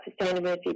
sustainability